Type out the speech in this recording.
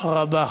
תודה רבה.